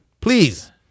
please